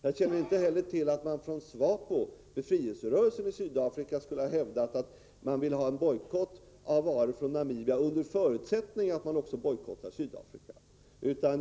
Jag känner inte heller till att SWAPO skulle ha hävdat att man vill ha en bojkott av varor från Namibia under förutsättning att det också sker en bojkott av Sydafrika.